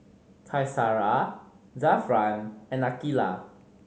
Qaisara Zafran and Aqilah